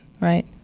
right